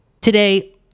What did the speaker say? Today